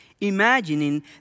imagining